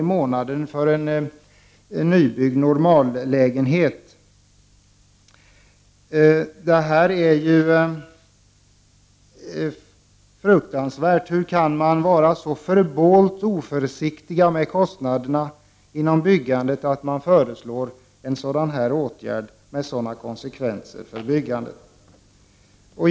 i månaden för en nybyggd normallägenhet. Det är fruktansvärt. Hur kan man vara så förbålt oförsiktig med kostnaderna inom byggandet att man föreslår en åtgärd med sådana konsekvenser?